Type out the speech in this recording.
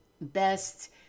best